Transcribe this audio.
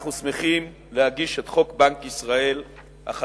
אנחנו שמחים להגיש את חוק בנק ישראל החדש.